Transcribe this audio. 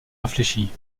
réfléchit